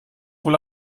wohl